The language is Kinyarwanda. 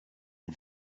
mwe